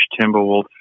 Timberwolves